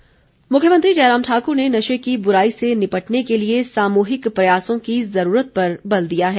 नशा निवारण मुख्यमंत्री जयराम ठाकुर ने नशे की बुराई से निपटने के लिए सामूहिक प्रयासों की जरूरत पर बल दिया है